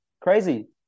crazy